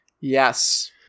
Yes